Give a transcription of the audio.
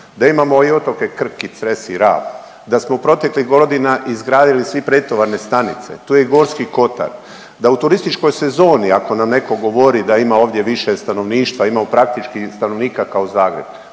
da imamo i otoke Krk i Cres i Rab, da smo u proteklih godina izgradili svi pretovarne stanice, tu je i Gorski kotar, da u turističkoj sezoni ako nam neko govori da ima ovdje više stanovništva, ima praktički stanovnika kao Zagreb,